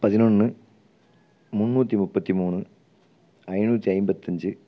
பதினொன்று முந்நூற்றி முப்பத்து மூணு ஐநூற்றி ஐம்பத்தஞ்சு